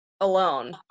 alone